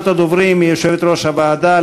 הכרה בפגיעה מינית בעבודה כפגיעה